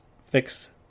fix